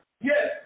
Yes